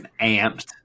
amped